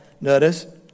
notice